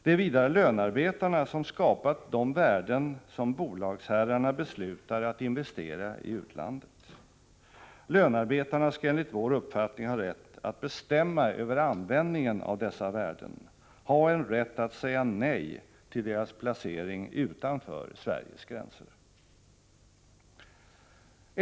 Det är vidare lönarbetarna som skapat de värden som bolagsherrarna beslutar att investera i utlandet. Lönarbetarna skall enligt vår uppfattning ha rätt att bestämma över användningen av dessa värden, ha en rätt att säga nej till deras placering utanför Sveriges gränser.